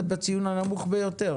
את בציון הנמוך ביותר,